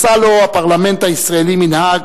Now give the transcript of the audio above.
עשה לו הפרלמנט הישראלי מנהג,